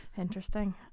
Interesting